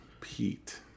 Pete